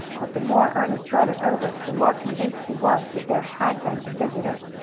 but the more ernest thought it over the more convinced he was that there had been a visitor.